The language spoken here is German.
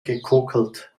gekokelt